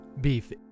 Beef